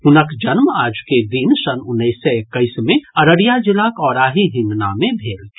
हुनक जन्म आजुके दिन सन् उन्नैस सय एक्कैस मे अररिया जिलाक औराही हिंगना मे भेल छल